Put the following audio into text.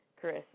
Chris